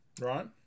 right